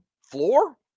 floor